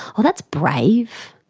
oh that's brave